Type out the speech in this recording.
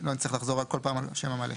שלא נצטרך לחזור כל פעם על השם המלא.